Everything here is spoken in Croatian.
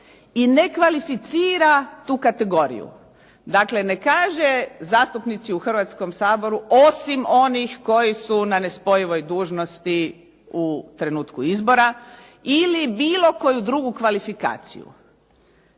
i ne kvalificira tu kategoriju. Dakle, ne kaže zastupnici u Hrvatskom saboru osim onih koji su na nespojivoj dužnosti u trenutku izbora ili bilo koju drugu kvalifikaciju.